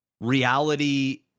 reality